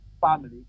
family